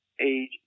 age